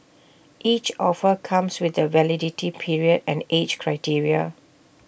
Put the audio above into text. each offer comes with A validity period and age criteria